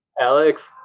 Alex